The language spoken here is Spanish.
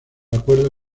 acuerdo